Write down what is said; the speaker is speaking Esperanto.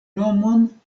nomon